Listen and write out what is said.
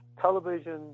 Television